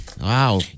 Wow